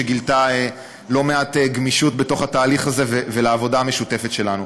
שגילתה לא מעט גמישות בתוך התהליך הזה והעבודה המשותפת שלנו.